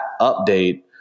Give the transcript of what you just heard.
update